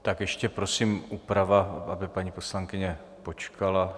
Tak ještě prosím úprava, aby paní poslankyně počkala...